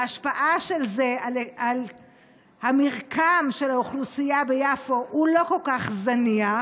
ההשפעה של זה על המרקם של האוכלוסייה ביפו היא לא כל כך זניחה.